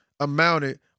amounted